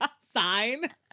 sign